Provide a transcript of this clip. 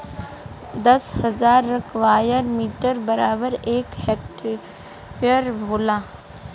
दस हजार square metre बराबर एक हेक्टेयर होला